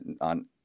on